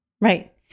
Right